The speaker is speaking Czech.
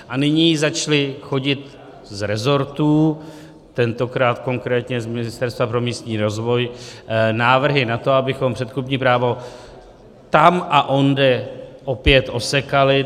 A nyní začaly chodit z rezortů, tentokrát konkrétně z Ministerstva pro místní rozvoj, návrhy na to, abychom předkupní právo tam a onde opět osekali.